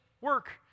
work